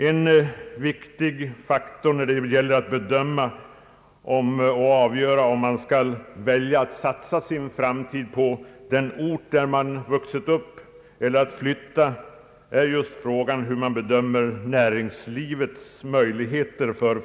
En viktig faktor när man avgör om man skall välja att satsa sin framtid på den ort där man vuxit upp eller om man skall flytta, är just hur man bedömer näringslivets framtida möjligheter.